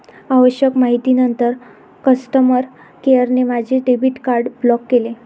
आवश्यक माहितीनंतर कस्टमर केअरने माझे डेबिट कार्ड ब्लॉक केले